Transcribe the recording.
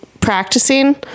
practicing